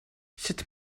sut